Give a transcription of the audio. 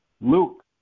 Luke